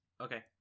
Okay